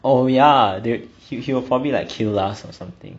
oh yeah dude he'll he'll probably like kill us or something